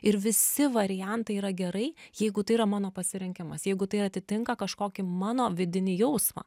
ir visi variantai yra gerai jeigu tai yra mano pasirinkimas jeigu tai atitinka kažkokį mano vidinį jausmą